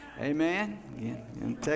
Amen